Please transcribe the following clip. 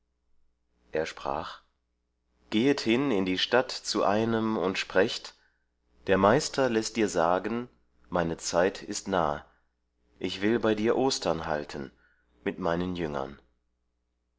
er sprach gehet hin in die stadt zu einem und sprecht der meister läßt dir sagen meine zeit ist nahe ich will bei dir ostern halten mit meinen jüngern